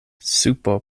supo